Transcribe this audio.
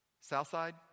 Southside